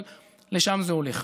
אבל לשם זה הולך.